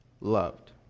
loved